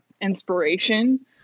inspiration